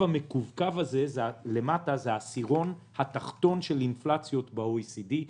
המקווקו הזה למטה זה העשירון התחתון של אינפלציות ב-OECD.